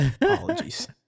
apologies